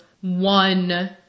one